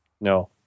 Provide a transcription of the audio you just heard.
No